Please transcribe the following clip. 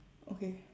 okay